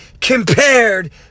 compared